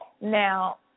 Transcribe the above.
now